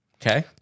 Okay